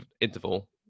interval